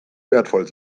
wertvoll